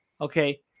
okay